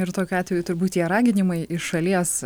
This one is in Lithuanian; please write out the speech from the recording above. ir tokiu atveju turbūt tie raginimai iš šalies